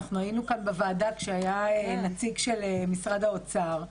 אנחנו היינו כאן בוועדה כשהיה נציג של משרד האוצר,